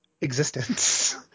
existence